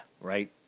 Right